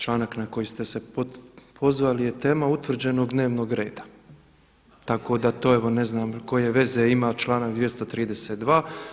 Članak na koji ste se pozvali je tema utvrđenog dnevnog reda, tako da to evo ne znam koje veze ima članak 232.